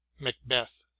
macbeth